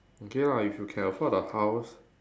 okay lah if you can afford a house